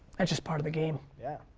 and just part of the game. yeah,